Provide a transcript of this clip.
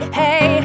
hey